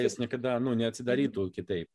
jis niekada nu neatsidarytų kitaip